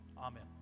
Amen